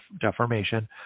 deformation